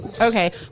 Okay